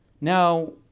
Now